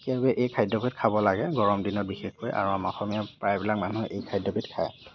সেইবাবে এই খাদ্য়বিধ খাব লাগে গৰম দিনত বিশেষকৈ আৰু আমাৰ অসমীয়া প্ৰায়বিলাক মানুহে এই খাদ্য়বিধ খায়